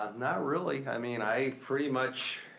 um not really. i mean i pretty much,